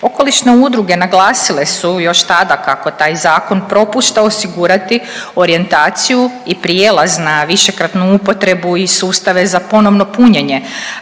Okolišne udruge naglasile su još tada kako taj zakon propušta osigurati orijentaciju i prijelaz na višekratnu upotrebu i sustave za ponovno punjenje,